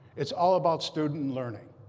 it's all about student learning.